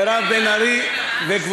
מירב בן ארי, פנינה.